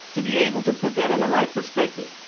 to be able to put that in the right perspective.